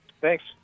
Thanks